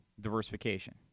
diversification